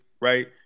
right